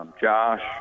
Josh